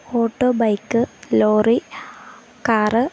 auto bike lorry car